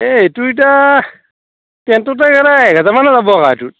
এই এইটো এতিয়া পেণ্টটোত ত' এনেই এক হাজাৰ মানেই ল'ব এইটোত